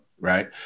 right